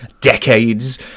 decades